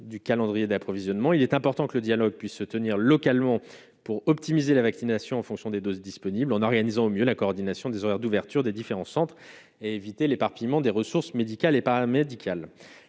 du calendrier d'approvisionnement, il est important que le dialogue puisse se tenir localement pour optimiser la vaccination en fonction des doses disponibles en organisant au mieux la coordination des horaires d'ouverture des différents centres et éviter l'éparpillement des ressources médicales et paramédicales